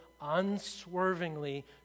unswervingly